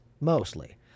mostly